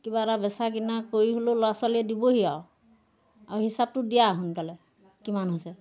কিবা এটা বেচা কিনা কৰি হ'লেও ল'ৰা ছোৱালীয়ে দিবহি আৰু আৰু হিচাপটো দিয়া সোনকালে কিমান হৈছে